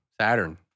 Saturn